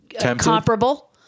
comparable